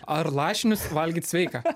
ar lašinius valgyt sveika